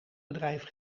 bedrijf